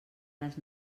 les